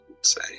say